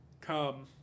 come